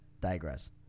digress